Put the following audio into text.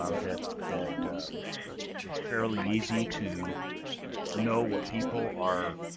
ah that that it's it's fairly easy to know what people are